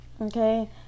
Okay